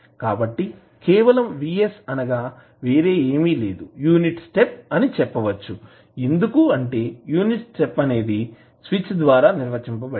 కాబట్టి కేవలం Vs అనగా వేరే ఏమీ లేదు యూనిట్ స్టెప్ అని చెప్పవచ్చు ఎందుకంటే యూనిట్ స్టెప్ అనేది స్విచ్ ద్వారా నిర్వచించబడింది